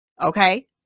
Okay